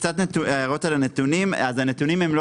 קצת הערות על הנתונים הנתונים הם לא